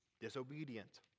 disobedient